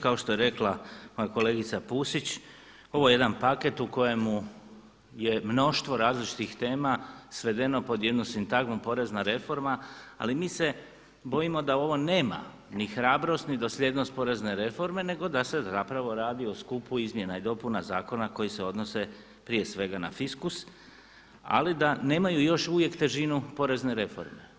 Kao što je rekla moja kolegica Pusić ovo je jedan paket u kojemu je mnoštvo različitih tema svedeno pod jednu sintagmu porezna reforma ali mi se bojimo da ovo nema ni hrabrost ni dosljednost porezne reforme nego da se zapravo radi o skupu izmjena i dopuna zakona koji se odnose prije svega na fiskus ali da nemaju još uvijek težinu porezne reforme.